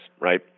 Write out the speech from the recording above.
right